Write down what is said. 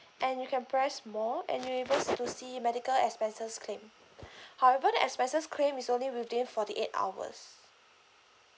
and you can press more and you'll able to see medical expenses claim however the expenses claim is only within forty eight hours